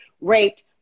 raped